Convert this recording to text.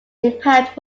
impact